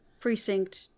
precinct